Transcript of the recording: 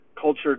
culture